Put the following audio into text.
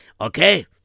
Okay